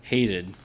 Hated